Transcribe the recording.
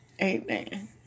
Amen